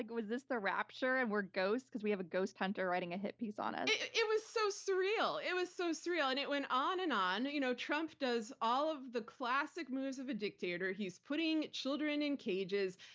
like was this the rapture and we're ghosts? because we have a ghost hunter writing a hit piece on us? it it was so surreal. it was so surreal. and it went on and on. you know trump does all of the classic moves of a dictator. he's putting children in cages.